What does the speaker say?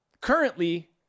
currently